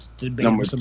number